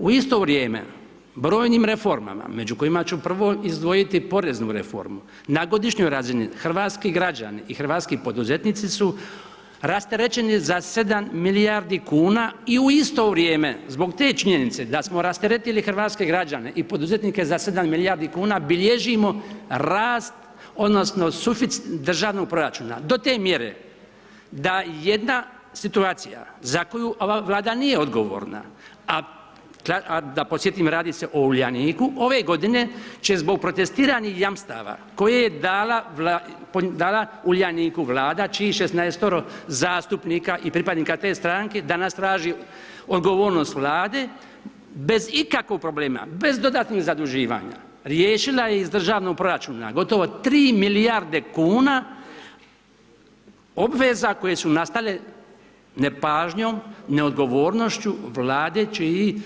U isto vrijeme brojnim reformama među kojima ću prvo izdvojiti poreznu reformu na godišnjoj razini, hrvatski građani i hrvatski poduzetnici su rasterećeni za 7 milijardi kuna i u isto vrijeme zbog te činjenice da smo rasteretili hrvatske građane i poduzetnika za 7 milijardi kuna, bilježimo rast odnosno suficit državnog proračuna do te mjere da jedna situacija za koju ova Vlada nije odgovorna a da podsjetim, radi se o Uljaniku, ove godine će zbog protestiranih jamstava koje je dala Uljaniku Vlada čijih 16-oro zastupnika i pripadnika te stranke danas traži odgovornost Vlade, bez ikakvog problema, bez dodatnih zaduživanja riješila iz državnog proračuna gotovo 3 milijarde kuna obveza koje su nastale nepažnjom, neodgovornošću Vlade čiji